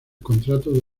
contrato